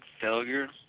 failure